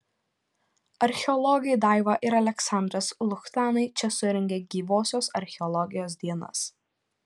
archeologai daiva ir aleksandras luchtanai čia surengė gyvosios archeologijos dienas